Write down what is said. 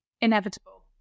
Inevitable